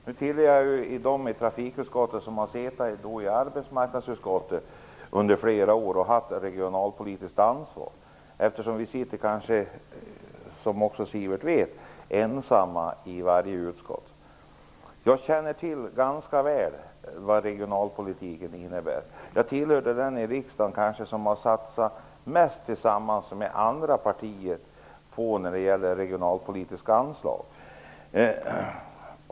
Fru talman! Jag hör till dem i trafikutskottet som har suttit i arbetsmarknadsutskottet under flera år och tagit regionalpolitiskt ansvar. Vi i Vänsterpartiet sitter ensamma i varje utskott, som säkert Sivert Carlsson vet. Jag känner ganska väl till vad regionalpolitiken innebär. Jag hör till dem i riksdagen som har satsat mest tillsammans med andra partier när det gäller regionalpolitiska anslag.